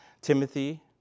Timothy